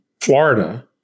Florida